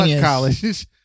college